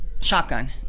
shotgun